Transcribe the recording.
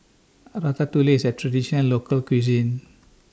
Ratatouille IS A Traditional Local Cuisine